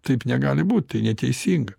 taip negali būt tai neteisinga